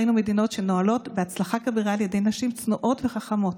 ראינו מדינות שמנוהלות בהצלחה כבירה על ידי נשים צנועות וחכמות,